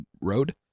road